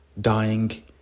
dying